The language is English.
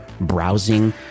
browsing